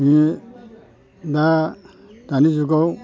बे दानि जुगाव